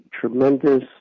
tremendous